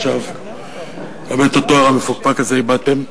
עכשיו גם את התואר המפוקפק הזה איבדתם.